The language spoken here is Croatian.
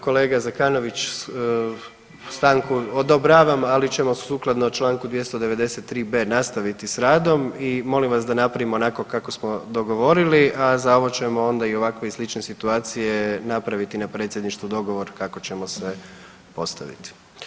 Kolega Zekanović stanku odobravam, ali ćemo sukladno čl. 293.b nastaviti s radom i molim vas da napravimo onako kako smo dogovorili, a za ovo ćemo onda i ovakve i slične situacije napraviti na predsjedništvu dogovor kako ćemo se postaviti.